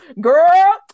girl